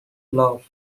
love